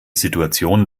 situation